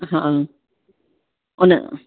हा उन